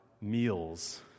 meals